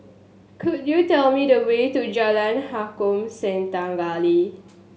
could you tell me the way to Jalan Harom Setangkai